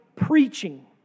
preaching